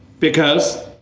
because,